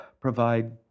provide